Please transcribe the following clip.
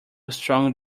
strong